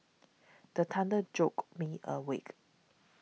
the thunder jolt me awake